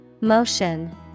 Motion